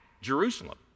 Jerusalem